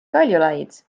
kaljulaid